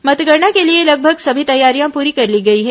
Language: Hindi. मतगणना के लिए लगभग समी तैयारियां पूरी कर ली गई हैं